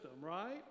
right